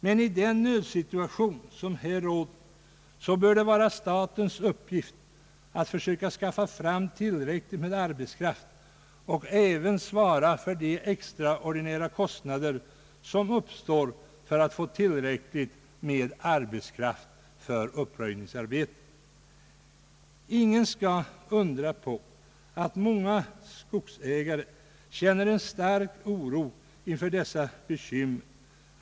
Men i den nödsituation som här råder bör det vara statens uppgift att försöka skaffa fram tillräckligt med arbetskraft och även svara för de extraordinära kostnader som uppstår för att man skall få tillräckligt med arbetskraft för uppröjningsarbetet. Ingen skall förundra sig över att många skogsägare känner en stark oro inför denna situation.